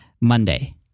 Monday